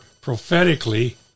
prophetically